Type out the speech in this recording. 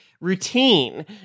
routine